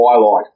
twilight